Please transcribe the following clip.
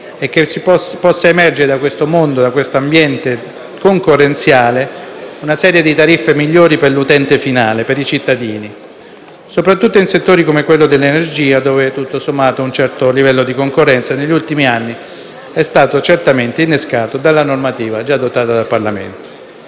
è che possa emergere da questo mondo, da questo ambiente concorrenziale, una serie di tariffe migliori per l'utente finale, per i cittadini, soprattutto in settori come quello dell'energia, dove tutto sommato un certo livello di concorrenza negli ultimi anni è stato certamente innescato dalla normativa già adottata dal Parlamento.